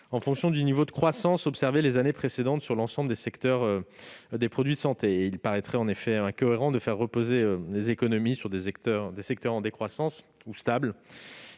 notamment du niveau de croissance observé au cours des années précédentes dans l'ensemble des secteurs des produits de santé. Il paraîtrait en effet incohérent de faire reposer l'effort sur des secteurs en décroissance ou stables,